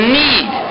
need